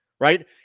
right